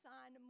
on